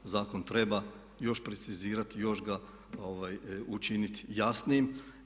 Zakon treba još precizirati, još ga učiniti jasnijim.